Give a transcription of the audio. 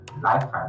lifetime